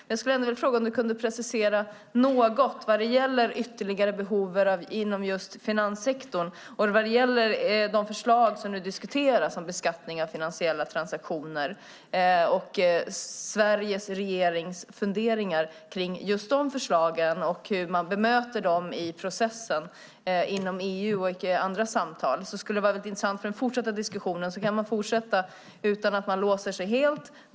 Jag skulle ändå vilja fråga om han kunde precisera något vad det gäller ytterligare behov inom just finanssektorn, de förslag som nu diskuteras om beskattning av finansiella transaktioner, Sveriges regerings funderingar kring just de förslagen och hur man bemöter dem i processen inom EU och i andra samtal. Det skulle vara intressant med den fortsatta diskussionen. Sedan kan man fortsätta utan att man låser sig helt.